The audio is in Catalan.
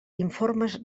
informes